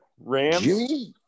Rams